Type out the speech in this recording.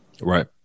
Right